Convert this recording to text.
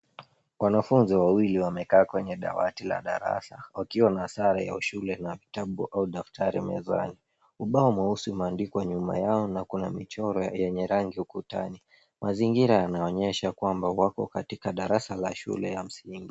Wanafunzi wawili wamekaa kwenye dawati la darasa wakiwa na sare ya shule na vitabu au daftari mezani. Ubao mweusi umeandikwa nyuma yao na kuna michoro yenye rangi ukutani. Mazingira yaonyesha kwamba wako katika darsa la shule ya msingi.